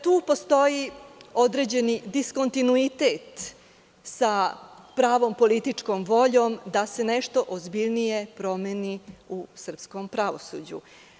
Tu postoji određeni diskontinuitet sa pravom političkom voljom, da se nešto ozbiljnije promeni u srpskom pravosuđu.